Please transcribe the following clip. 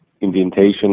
indentation